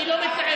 אני לא מתנער.